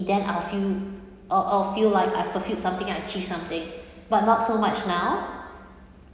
then I'll feel or I'll feel like I've fulfilled something I achieve something but not so much now